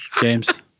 James